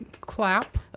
clap